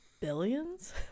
billions